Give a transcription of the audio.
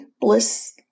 bliss